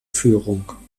führung